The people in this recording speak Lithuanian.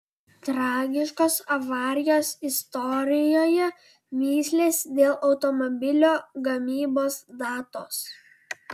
tragiškos avarijos istorijoje mįslės dėl automobilio gamybos datos